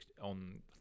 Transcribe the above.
on